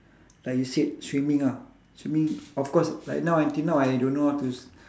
like you said swimming ah swimming of course like now until now I don't know how to